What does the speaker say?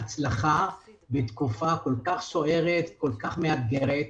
הצלחה בתקופה כל כך סוערת ומאתגרת.